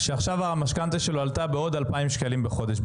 שעכשיו המשכנתא שלו עלתה בעוד 2,000 שקלים בחודש,